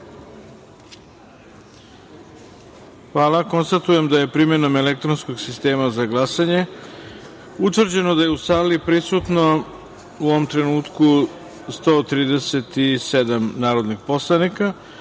jedinice. Konstatujem da je primenom elektronskog sistema za glasanje, utvrđeno da je u sali prisutno u ovom trenutku 137 narodnih poslanika,